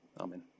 Amen